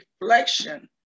reflection